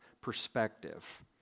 perspective